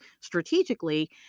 strategically